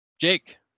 Jake